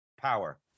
power